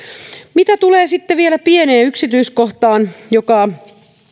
mitä tulee sitten vielä pieneen yksityiskohtaan joka